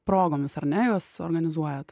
progomis ar ne juos organizuojat